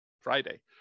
Friday